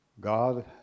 God